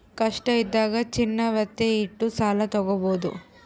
ಕಷ್ಟ ಇದ್ದಾಗ ಚಿನ್ನ ವತ್ತೆ ಇಟ್ಟು ಸಾಲ ತಾಗೊಬೋದು